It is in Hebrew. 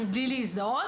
לא חייב להזדהות.